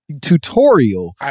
tutorial